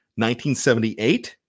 1978